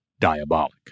Diabolic